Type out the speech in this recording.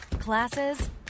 Classes